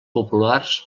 populars